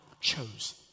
chose